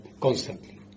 constantly